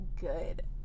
good